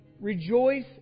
rejoice